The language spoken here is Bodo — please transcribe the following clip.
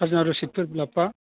खाजोना रसिदफोरखौ लाबोफा